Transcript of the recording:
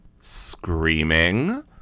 screaming